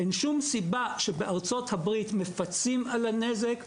אין שום סיבה שבארצות הברית מפצים על הנזק,